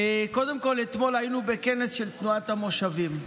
קודם כול, אתמול היינו בכנס של תנועת המושבים,